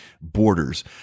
borders